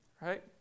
right